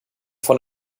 von